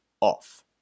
off